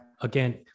again